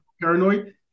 paranoid